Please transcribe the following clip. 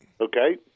Okay